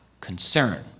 concern